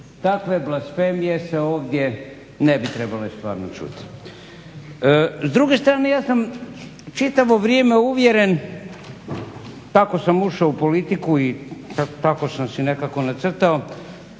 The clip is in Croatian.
crkvi. Dakle … se ovdje ne bi trebale stvarno čuti. S druge strane ja sam čitavo vrijeme uvjeren kako sam ušao u politiku i tako sam si nekako nacrtao